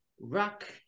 rock